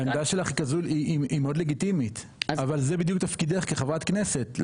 העמדה שלך היא מאוד לגיטימית אבל זה בדיוק תפקידך כחברת כנסת,